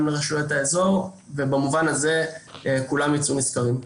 גם לרשויות האזור ובמובן הזה כולם יצאו נשכרים.